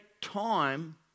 time